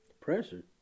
Pressure